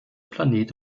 planet